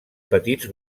petits